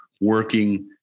working